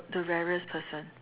the rarest person